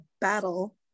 battle